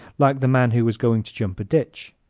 like the man who was going to jump a ditch.